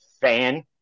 fan